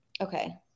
okay